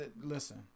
listen